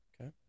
Okay